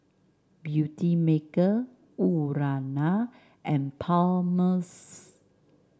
Beautymaker Urana and Palmer's